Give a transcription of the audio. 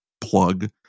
plug